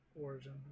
origin